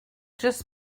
just